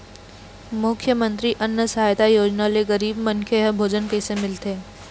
मुख्यमंतरी अन्न सहायता योजना ले गरीब मनखे ह भोजन कइसे मिलथे?